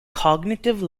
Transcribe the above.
cognitive